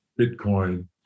Bitcoin